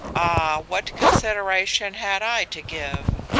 ah, what consideration had i to give?